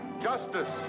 justice